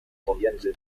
pomiędzy